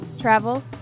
travel